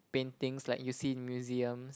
paintings like you see in museums